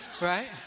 right